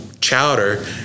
chowder